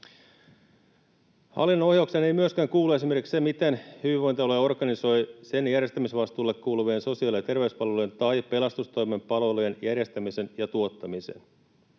Hallinnon ohjaukseen ei myöskään kuulu esimerkiksi se, miten hyvinvointialue organisoi sen järjestämisvastuulle kuuluvien sosiaali- ja terveyspalvelujen tai pelastustoimen palvelujen järjestämisen ja tuottamisen.